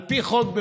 על פי חוק,